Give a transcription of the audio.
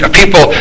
people